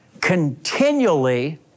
continually